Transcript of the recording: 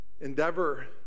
endeavor